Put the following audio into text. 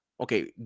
okay